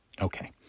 Okay